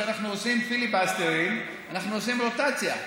כשאנחנו עושים פיליבסטרים, אנחנו עושים רוטציה.